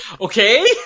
Okay